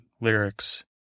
lyrics